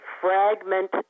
fragment